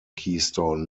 keystone